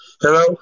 Hello